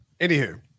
Anywho